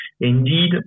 Indeed